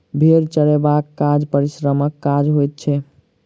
भेंड़ चरयबाक काज परिश्रमक काज होइत छै